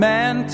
Man